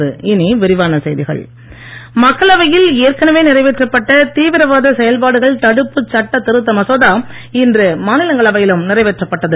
தீ விரவாதம் மசோதா மக்களவையில் ஏற்கனவே நிறைவேற்றப்பட்ட தீவிரவாத செயல்பாடுகள் தடுப்பு சட்ட திருத்த மசோதா இன்று மாநிலங்களவையிலும் நிறைவேற்றப்பட்டது